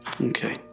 Okay